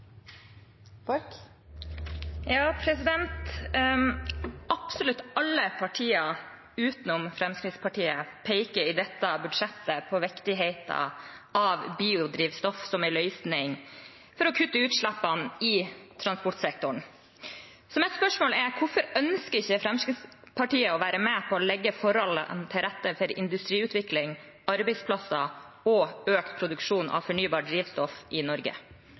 Absolutt alle partier utenom Fremskrittspartiet peker i dette budsjettet på viktigheten av biodrivstoff som en løsning for å kutte utslippene i transportsektoren. Så mitt spørsmål er: Hvorfor ønsker ikke Fremskrittspartiet å være med på å legge forholdene til rette for industriutvikling, arbeidsplasser og økt produksjon av fornybart drivstoff i Norge?